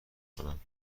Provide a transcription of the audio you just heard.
کنم